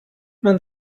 man